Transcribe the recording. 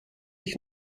ich